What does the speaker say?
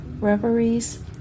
reveries